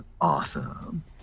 awesome